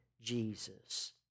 Jesus